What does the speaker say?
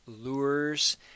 Lures